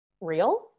Real